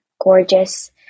gorgeous